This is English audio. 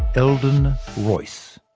eldon royce.